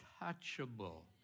untouchable